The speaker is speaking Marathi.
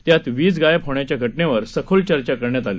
त्यात वीज गायब होण्याच्या घटनेवर सखोल चर्चा करण्यात आली